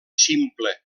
ximple